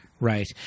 Right